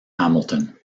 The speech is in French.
hamilton